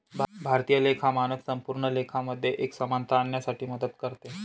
भारतीय लेखा मानक संपूर्ण लेखा मध्ये एक समानता आणण्यासाठी मदत करते